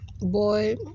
boy